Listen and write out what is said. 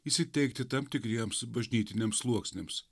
įsiteikti tam tikriems bažnytiniams sluoksniams